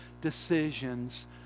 decisions